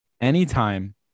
anytime